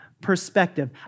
perspective